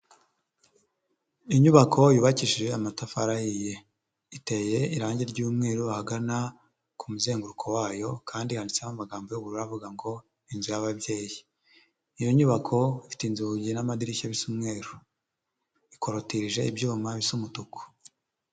Inyubako yubakishije amatafari ahiye. Iteye irangi ry'umweru ahagana ku muzenguruko wayo, kandi handitseho amagambo y'ubururu avuga ngo, inzu y'ababyeyi. Iyo nyubako ifite inzugi n'amadirishya bisa umweru. Ikorotirije ibyuma bisa umutuku.